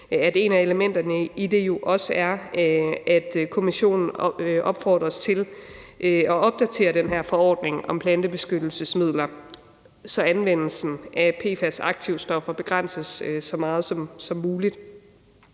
Europa-Kommissionen, er, at Kommissionen opfordres til at opdatere den her forordning om plantebeskyttelsesmidler, så anvendelsen af PFAS-aktivstoffer begrænses så meget som muligt.